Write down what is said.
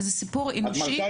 וזה סיפור אנושי,